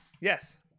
Yes